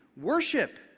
worship